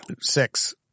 Six